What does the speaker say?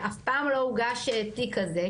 שאף פעם לא הוגש תיק כזה,